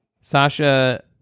Sasha